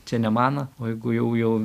čia ne mano o jeigu jau jau